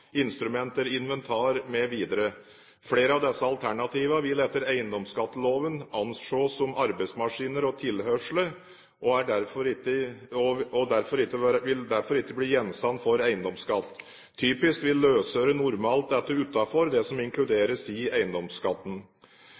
instrumenter, inventar mv.». Flere av disse alternativene vil etter eiendomsskatteloven anses som «arbeidsmaskinar og tilhøyrsle» og vil derfor ikke bli gjenstand for eiendomsskatt. Typisk vil løsøre normalt falle utenfor det som skal inkluderes i eiendomsskatten.